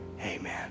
amen